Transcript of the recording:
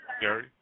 Gary